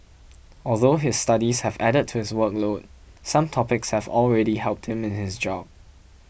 although his studies have added to his workload some topics have already helped him in his job